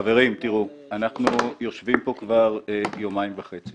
חברים, אנחנו יושבים פה כבר יומיים וחצי